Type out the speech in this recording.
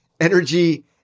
energy